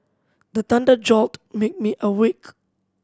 the thunder jolt make me awake